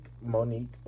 Monique